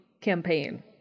campaign